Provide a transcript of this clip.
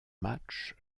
matchs